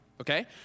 Okay